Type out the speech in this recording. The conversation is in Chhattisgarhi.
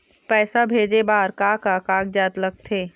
पैसा भेजे बार का का कागजात लगथे?